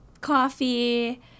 coffee